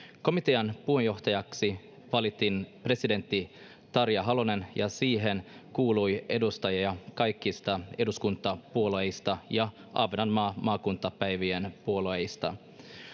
komitean puheenjohtajaksi valittiin presidentti tarja halonen ja siihen kuului edustajia kaikista eduskuntapuolueista ja ahvenanmaan maakuntapäivien puolueista